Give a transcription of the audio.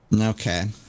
Okay